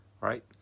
right